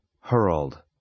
hurled